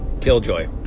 Killjoy